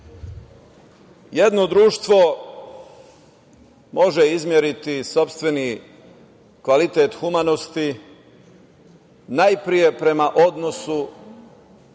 društvo može izmeriti sopstveni kvalitet humanosti najpre prema odnosu